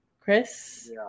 Chris